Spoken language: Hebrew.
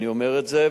אני אומר את זה,